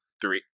Three